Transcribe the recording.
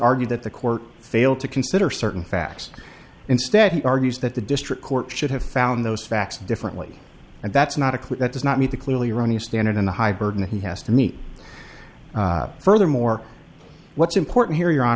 argue that the court failed to consider certain facts instead he argues that the district court should have found those facts differently and that's not a clue that does not meet the clearly erroneous standard in the high burden he has to meet furthermore what's important here your hon